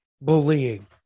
bullying